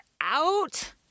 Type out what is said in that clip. out